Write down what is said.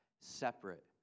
Separate